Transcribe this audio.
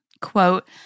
Quote